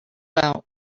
out